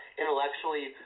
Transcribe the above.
intellectually